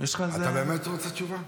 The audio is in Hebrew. אתה באמת רוצה תשובה?